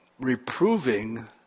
reproving